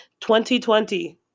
2020